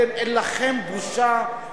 אין לכם בושה,